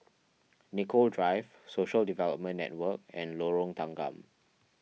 Nicoll Drive Social Development Network and Lorong Tanggam